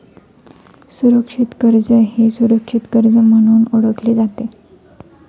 सुरक्षित कर्ज हे सुरक्षित कर्ज म्हणून ओळखले जाते